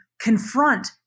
confront